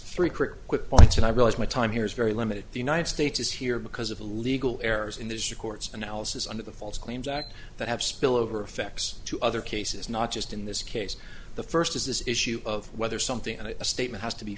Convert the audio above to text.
three crit quick points and i realize my time here is very limited the united states is here because of legal errors in this records analysis under the false claims act that have spillover effects to other cases not just in this case the first is this issue of whether something and a statement has to be